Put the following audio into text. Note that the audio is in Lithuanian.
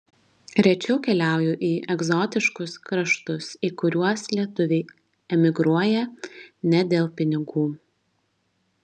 rečiau keliauju į egzotiškus kraštus į kuriuos lietuviai emigruoja ne dėl pinigų